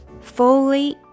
fully